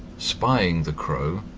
spying the crow,